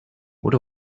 what